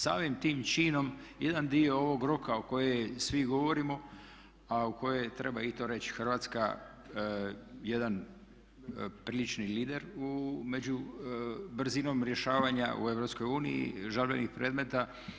Samim tim činom jedna dio ovog roka o kojem svi govorimo a u koje treba i to reći Hrvatska je jedan prilični lider među brzinom rješavanja u EU žalbenih predmeta.